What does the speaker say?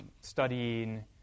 studying